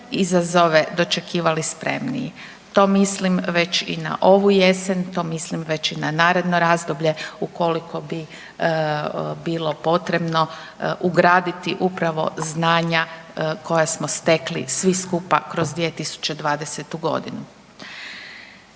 izazove dočekivali spremniji. To mislim već i na ovu jesen, to mislim već i na naredno razdoblje ukoliko bi bilo potrebno ugraditi upravo znanja koja smo stekli svi skupa kroz 2020. godinu.